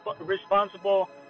responsible